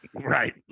Right